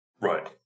Right